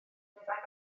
meddai